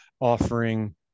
offering